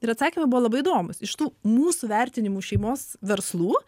ir atsakymai buvo labai įdomūs iš tų mūsų vertinimu šeimos verslų